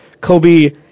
Kobe